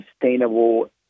sustainable